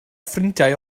ffrindiau